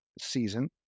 season